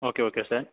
okay okay sir